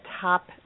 top